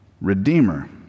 redeemer